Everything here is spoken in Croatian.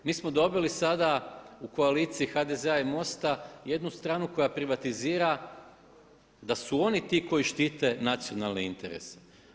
Mi smo dobili sada u koaliciji HDZ-a i MOST-a jednu stranu koja privatizira da su oni ti koji štite nacionalne interese.